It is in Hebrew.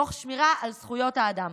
תוך שמירה על זכויות אדם.